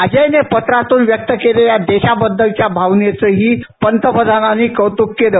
अजयने पत्रातून व्यक्त केलेल्या देशाबद्दलच्या भावनेचंही पंतप्रधानांनी कौतुक केलं आहे